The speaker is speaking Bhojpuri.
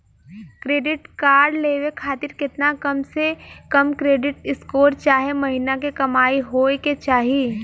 क्रेडिट कार्ड लेवे खातिर केतना कम से कम क्रेडिट स्कोर चाहे महीना के कमाई होए के चाही?